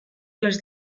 les